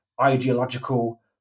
ideological